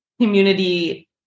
community